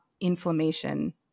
inflammation